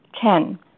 Ten